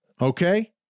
okay